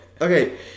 Okay